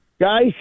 Guys